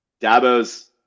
Dabo's